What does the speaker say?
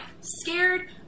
scared